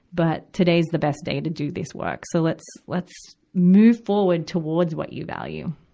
but today's the best day to do this work. so let's, let's move forward towards what you value,